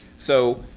so